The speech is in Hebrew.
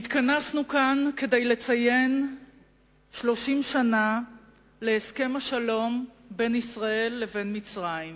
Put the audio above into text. התכנסנו כאן כדי לציין 30 שנה להסכם השלום בין ישראל למצרים.